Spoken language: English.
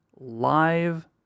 live